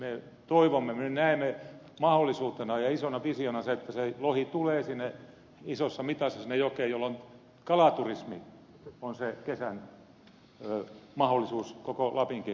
me toivomme me näemme mahdollisuutena ja isona visiona sen että se lohi tulee isossa mitassa sinne jokeen jolloin kalaturismi on se kesän mahdollisuus koko lapinkin matkailulle